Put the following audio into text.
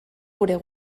gure